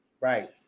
right